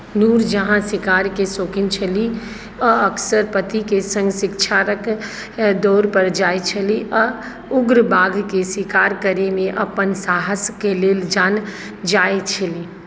नूरजहाँ शिकारके शौकीन छलीह आ अक्सर पतिके सङ्ग शिकारक दौरपर जाइत छलीह आ उग्र बाघके शिकार करयमे अपन साहसके लेल जानल जाइत छलीह